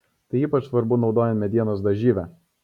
tai ypač svarbu naudojant medienos dažyvę